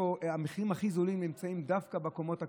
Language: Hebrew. המחירים הכי זולים נמצאים דווקא במקומות הכשרים.